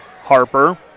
Harper